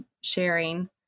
sharing